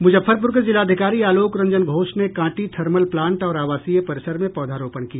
मुजफ्फरपुर के जिलाधिकारी आलोक रंजन घोष ने कांटी थर्मल प्लांट और आवासीय परिसर में पौधारोपण किया